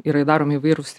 yra daromi įvairūs